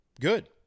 good